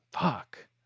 fuck